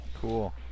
Cool